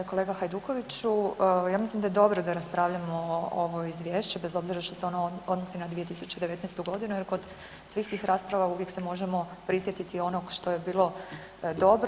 Kolega Hajdukoviću, ja mislim da je dobro da raspravljamo ovo Izvješće, bez obzira što se ono odnosi na 2019. g. jer kod svih tih rasprava uvijek se možemo prisjetiti onog što je bilo dobro.